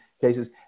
cases